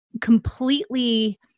completely